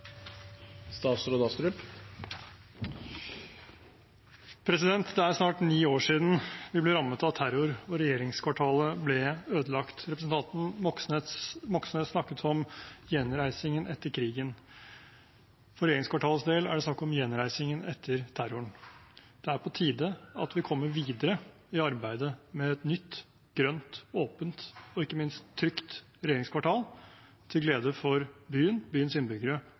snart ni år siden vi ble rammet av terror og regjeringskvartalet ble ødelagt. Representanten Moxnes snakket om gjenreisingen etter krigen. For regjeringskvartalets del er det snakk om gjenreising etter terroren. Det er på tide at vi kommer videre i arbeidet med et nytt, grønt, åpent og ikke minst trygt regjeringskvartal til glede for byen, byens innbyggere